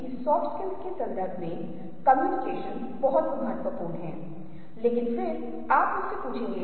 तो जाहिर है धारणा के संदर्भ में कुछ ऐसा है जिसे आप विजुअल्स में देखते हैं और कुछ प्रकार के व्याख्या निर्णय जो आप इसे बनाते हैं